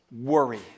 Worry